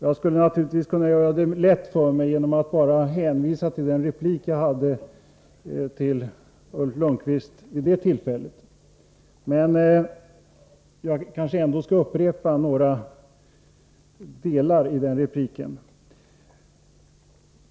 Jag skulle naturligtvis kunna göra det lätt för mig genom att bara hänvisa till min replik till Ulf Lönnqvist vid det tillfället. Men jag kanske ändå skall upprepa några delar av den repliken.